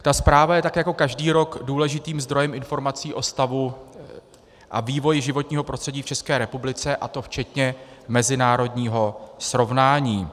Ta zpráva je tak jako každý rok důležitým zdrojem informací o stavu a vývoji životního prostředí v České republice, a to včetně mezinárodního srovnání.